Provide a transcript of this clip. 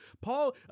Paul